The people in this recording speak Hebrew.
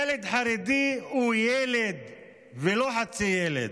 ילד חרדי הוא ילד ולא חצי ילד.